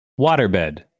Waterbed